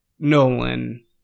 Nolan